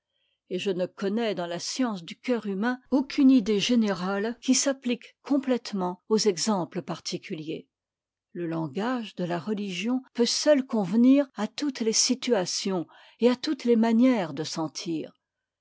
et je ne connais dans la science du coeur humain aucune idée générale qui s'applique complétement aux exemples particuliers le langage de la religion peut seul convenir à toutes les situations et à toutes les manières de sentir